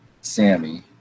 Sammy